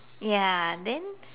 ya then